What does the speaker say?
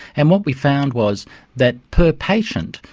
and what we found was that per patient,